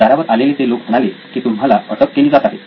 दारावर आलेले ते लोक म्हणाले की तुम्हाला अटक केली जात आहे